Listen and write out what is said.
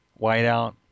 whiteout